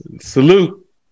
Salute